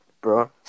Bro